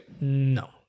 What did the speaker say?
No